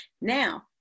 Now